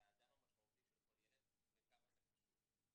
כאדם המשמעותי של כל ילד וכמה זה חשוב.